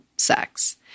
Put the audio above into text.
sex